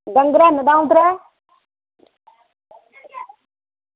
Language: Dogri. डंगर हैन न दंऊ त्रैऽ